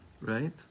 right